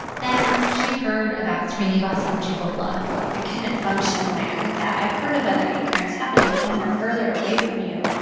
then she heard about srinivas kuchibhotla i couldn't function when i heard that. i've heard of other hate crimes happening. but when they're further away from you,